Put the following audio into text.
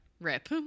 Rip